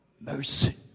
Mercy